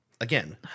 Again